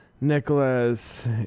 Nicholas